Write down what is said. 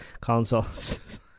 consoles